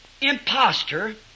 imposter